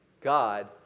God